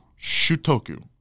Shutoku